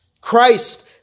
Christ